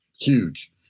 huge